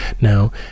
now